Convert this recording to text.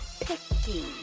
picky